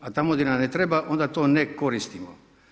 A tamo gdje nam ne treba, onda to ne koristimo.